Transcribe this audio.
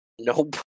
Nope